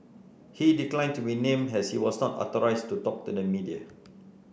he declined to be named as he was not authorised to talk to the media